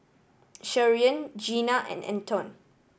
Sharyn Gina and Anton